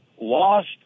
lost